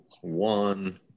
one